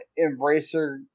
Embracer